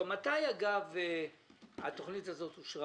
מתי התכנית שאתם מביאים עכשיו אושרה